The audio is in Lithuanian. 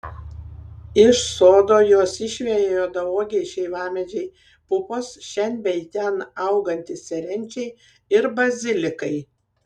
iš sodo juos išveja juodauogiai šeivamedžiai pupos šen bei ten augantys serenčiai ir bazilikai